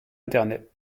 internet